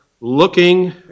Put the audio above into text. looking